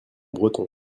breton